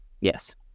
Yes